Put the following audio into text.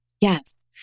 yes